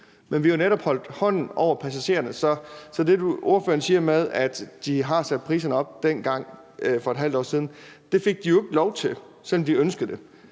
Men vi har jo netop holdt hånden over passagererne. Så i forhold til det, spørgeren siger, med, at de havde sat priserne op dengang for et halvt år siden, vil jeg sige, at det fik de jo ikke lov til, selv om de ønskede det.